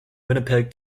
winnipeg